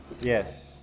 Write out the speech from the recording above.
Yes